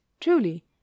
truly